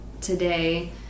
today